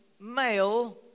male